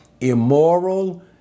immoral